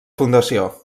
fundació